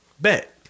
Bet